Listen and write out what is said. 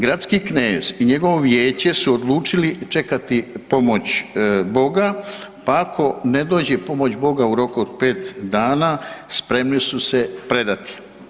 Gradski knez i njegovo vijeće su odlučili čekati pomoć boga pa ako ne dođe pomoć boga u roku od 5 dana, spremni su se predati.